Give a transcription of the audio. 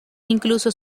incluso